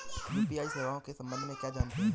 UPI सेवाओं के संबंध में क्या जानते हैं?